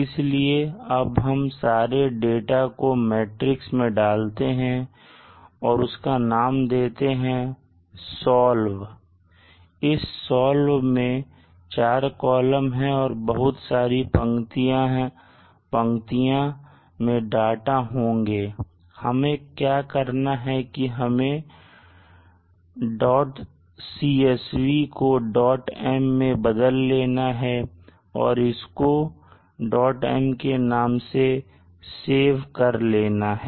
इसलिए अब हम सारे डाटा को मैट्रिक्स में डालते हैं और उसका नाम देते हैं solve इस solve मैं 4 कॉलम और बहुत सारी पंक्तियां मैं डाटा होंगे और हमें करना क्या है कि हमें डॉट CSV को डांट M में बदल देना है और इसको डॉट M के नाम से सेव कर लेना है